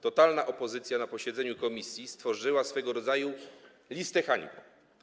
Totalna opozycja na posiedzeniu komisji stworzyła swego rodzaju listę hańby.